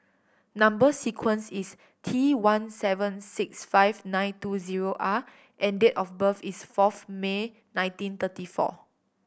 number sequence is T one seven six five nine two zero R and date of birth is fourth May nineteen thirty four